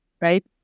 right